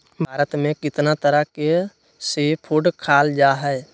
भारत में कितना तरह के सी फूड खाल जा हई